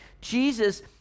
Jesus